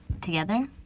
together